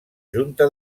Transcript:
junta